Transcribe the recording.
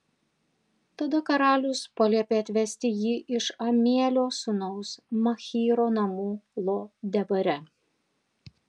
tada karalius paliepė atvesti jį iš amielio sūnaus machyro namų lo debare